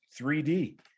3D